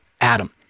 Adam